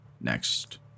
next